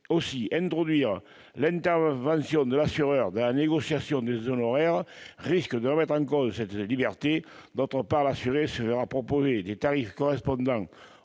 Aussi, introduire l'intervention de l'assureur dans la négociation des honoraires risque de remettre en cause cette liberté. D'une part, l'assuré se verra proposer des tarifs correspondant